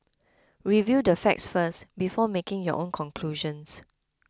review the facts first before making your own conclusions